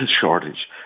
shortage